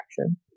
action